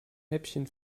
häppchen